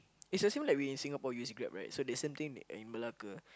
is the same like we in Singapore we use Grab right so the same thing in Malacca